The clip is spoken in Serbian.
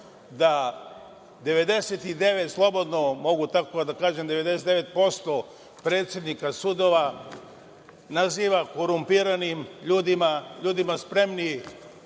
99% predsednika sudova naziva korumpiranim ljudima,